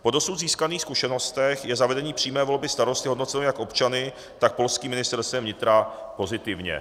Po dosud získaných zkušenostech je zavedení přímé volby starosty hodnoceno jak občany, tak polským Ministerstvem vnitra pozitivně.